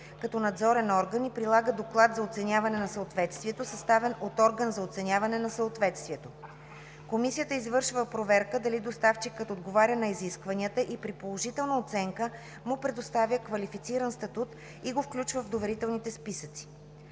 като надзорен орган и прилага доклад за оценяване на съответствието, съставен от орган за оценяване на съответствието. Комисията извършва проверка дали доставчикът отговаря на изискванията и при положителна преценка му предоставя квалифициран статут, и го включва в доверителните списъци.